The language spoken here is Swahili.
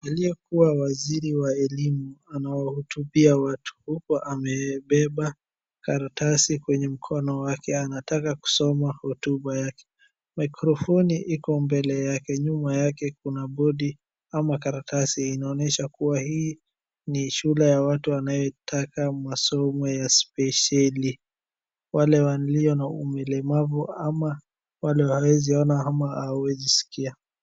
Aliyekuwa Waziri wa Elimu anawahutubia watu huku, amebeba karatasi kwenye mkono wake. Anataka kusoma hotuba yake. Maikrofoni iko mbele yake. Nyuma yake kuna bodi ama karatasi inaonyesha kuwa hii ni shule ya watu wanayetaka masomo ya spesheli. Wale walio na ulemavu ama wale hawawezi ona ama hawawezi sikia.